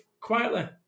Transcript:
quietly